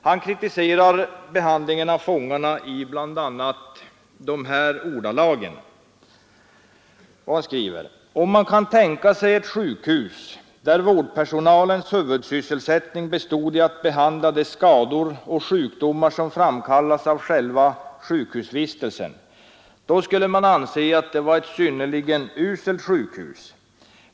Han kritiserar behandlingen av fångarna i bl.a. följande ordalag: ”Om man tänkte sig ett sjukhus där vårdpersonalens huvudsysselsättning bestod i att behandla de skador och sjukdomar som framkallas av själva sjukhusvistelsen, då skulle man anse att det var ett synnerligen uselt sjukhus.